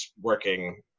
working